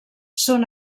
són